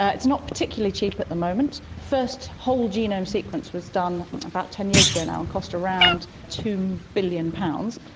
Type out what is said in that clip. ah it's not particularly cheap at the moment. the first whole genome sequence was done about ten years ago now and cost around two billion pounds.